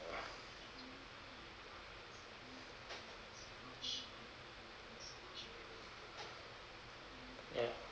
ya